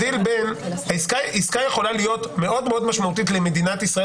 עסקה יכולה להיות מאוד מאוד משמעותית למדינת ישראל